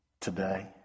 today